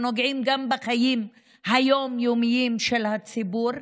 שנוגעים גם בחיים היום-יומיים של הציבור?